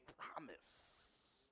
promise